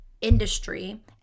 industry